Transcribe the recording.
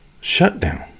shutdown